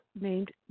named